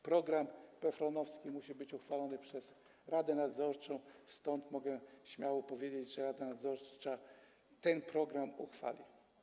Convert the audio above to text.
Program PFRON-owski musi być uchwalony przez radę nadzorczą i mogę śmiało powiedzieć, że rada nadzorcza ten program uchwali.